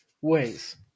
ways